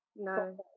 No